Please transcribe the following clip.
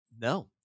No